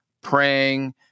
praying